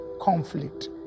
conflict